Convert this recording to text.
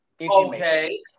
Okay